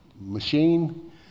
machine